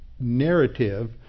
narrative